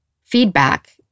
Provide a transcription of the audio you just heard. feedback